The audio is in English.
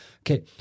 Okay